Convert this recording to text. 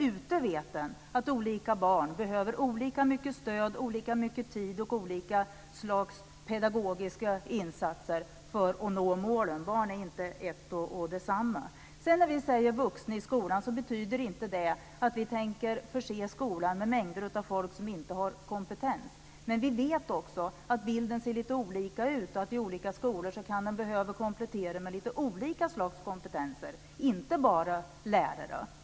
Ute vet man att olika barn behöver olika mycket stöd, olika mycket tid och olika slags pedagogiska insatser för att nå målen. Alla barn är inte likadana. När vi talar om vuxna i skolan betyder inte det att vi tänker förse skolan med mängder av folk som inte har kompetens. Men vi vet också att bilden ser lite olika ut och att i olika skolor kan man behöva komplettera med lite olika slags kompetenser, inte bara lärare.